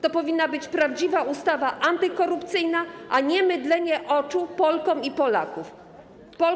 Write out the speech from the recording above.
To powinna być prawdziwa ustawa antykorupcyjna, a nie mydlenie oczu Polkom i Polakom.